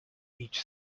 each